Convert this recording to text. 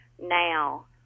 now